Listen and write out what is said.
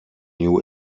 new